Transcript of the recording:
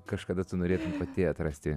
kažkada tu norėtum pati atrasti